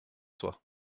toi